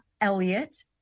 Elliott